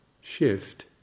shift